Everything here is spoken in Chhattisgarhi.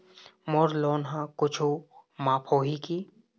मोर लोन हा कुछू माफ होही की?